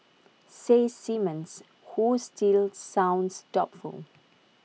says Simmons who still sounds doubtful